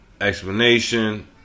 explanation